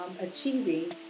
achieving